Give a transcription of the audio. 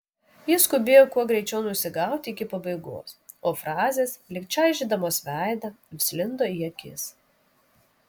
ji skubėjo kuo greičiau nusigauti iki pabaigos o frazės lyg čaižydamos veidą vis lindo į akis